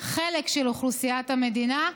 חלק של אוכלוסיית המדינה,